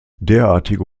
derartige